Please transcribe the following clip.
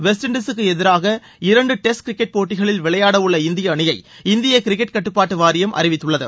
west இண்டிஸுக்கு எதிராக இரண்டு டெஸ்ட் கிரிக்கெட் போட்டிகளில் விளையாடவுள்ள இந்திய அணியை இந்திய கிரிக்கெட் கட்டுப்பாட்டு வாரியம் அறிவித்துள்ளது